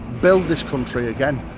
build this country again.